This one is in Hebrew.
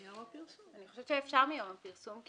אני חושבת שאפשר מיום הפרסום.